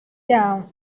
down